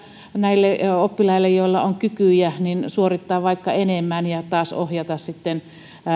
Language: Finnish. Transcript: näille oppilaille joilla on kykyjä suorittaa vaikka enemmän ja taas